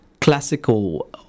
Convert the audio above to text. classical